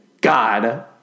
God